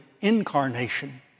incarnation